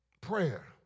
prayer